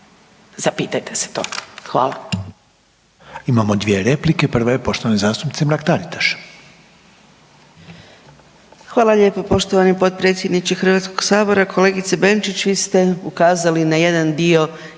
Zapitajte se to. Hvala.